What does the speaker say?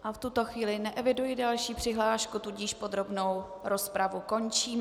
V tuto chvíli neeviduji další přihlášku, tudíž podrobnou rozpravu končím.